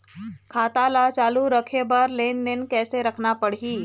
खाता ला चालू रखे बर लेनदेन कैसे रखना पड़ही?